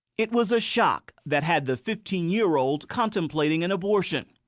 it was a shock that had the fifteen year old contemplating an abortion.